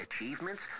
achievements